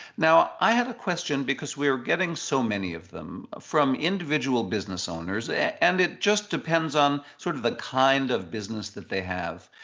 now, i have a question because we're getting so many of them from individual business owners, and it just depends on sort of the kind of business that they have.